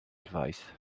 advice